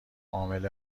عامل